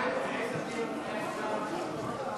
איציק,